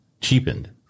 cheapened